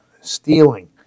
stealing